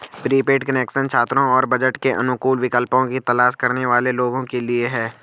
prepaid connection छात्रों और budget के अनुकूल विकल्पों की तलाश करने वाले लोगों के लिए है